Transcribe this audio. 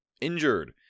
injured